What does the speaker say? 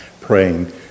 praying